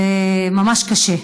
ממש קשה.